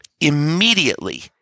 immediately